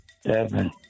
Seven